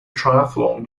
triathlon